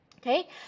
Okay